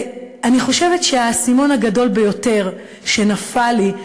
ואני חושבת שהאסימון הגדול ביותר שנפל אצלי,